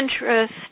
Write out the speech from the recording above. interest